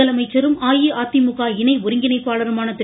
முதலமைச்சரும் அஇஅதிமுக இணை ஒருங்கிணைப்பாளருமான திரு